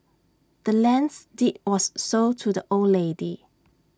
the land's deed was sold to the old lady